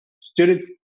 students